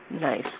nice